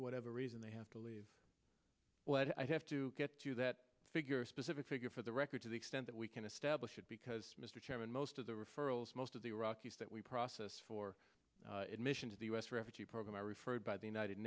whatever reason they have to leave what i have to get to that figure specific figure for the record to the extent that we can establish it because mr chairman most of the referrals most of the iraqis that we process for admission to the us refugee program are referred by the united